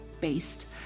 based